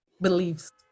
beliefs